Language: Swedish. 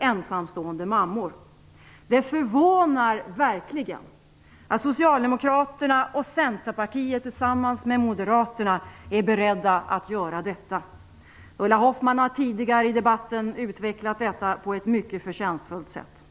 ensamstående mammor. Det förvånar verkligen att Socialdemokraterna och Centerpartiet tillsammans med Moderaterna är beredda att göra på det sättet. Ulla Hoffmann har tidigare i debatten utvecklat detta på ett mycket förtjänstfullt sätt.